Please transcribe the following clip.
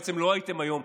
בעצם לא הייתם היום,